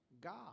God